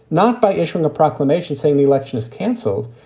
not by issuing a proclamation saying the election is canceled,